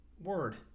word